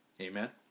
Amen